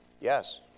Yes